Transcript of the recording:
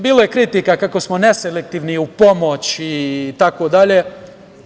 Bilo je kritika kako smo neselektivni u pomoći i tako dalje.